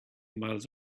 miles